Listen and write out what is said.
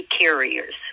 carriers